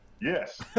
yes